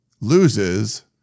loses